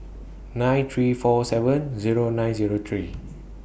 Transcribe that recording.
nine three four seven Zero nine Zero three